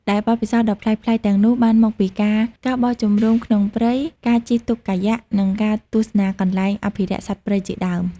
ដែលបទពិសោធន៍ដ៏ប្លែកៗទាំងនោះបានមកពីការ ការបោះជំរុំក្នុងព្រៃ ការជិះទូកកាយ៉ាក់ និងការទស្សនាកន្លែងអភិរក្សសត្វព្រៃជាដើម។